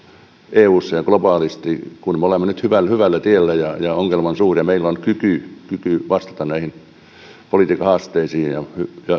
eussa ja globaalisti kun me olemme nyt hyvällä hyvällä tiellä ongelman suhteen ja meillä on kyky kyky vastata näihin politiikan haasteisiin ja ja